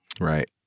Right